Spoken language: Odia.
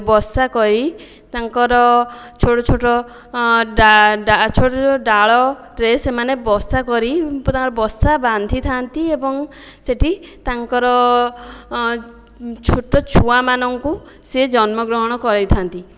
ବସା କରି ତାଙ୍କର ଛୋଟ ଛୋଟ ଛୋଟ ଛୋଟ ଡାଳରେ ସେମାନେ ବସା କରି ତାଙ୍କର ବସା ବାନ୍ଧିଥାନ୍ତି ଏବଂ ସେଠି ତାଙ୍କର ଛୋଟ ଛୁଆମାନଙ୍କୁ ସେ ଜନ୍ମଗ୍ରହଣ କରାଇଥାନ୍ତି